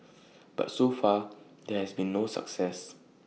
but so far there has been no success